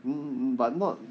um but not